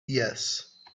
yes